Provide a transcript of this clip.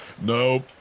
Nope